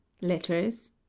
Letters